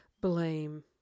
blame